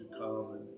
come